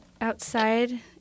Outside